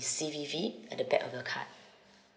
C_V_V at the back of your card